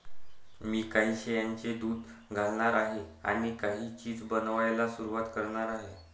मी काही शेळ्यांचे दूध घालणार आहे आणि काही चीज बनवायला सुरुवात करणार आहे